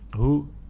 who,